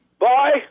Bye